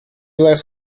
less